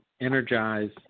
energize